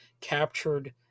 captured